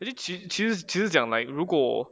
actually 其实其实其实讲 like 如果